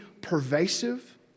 pervasive